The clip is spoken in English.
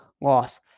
loss